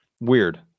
weird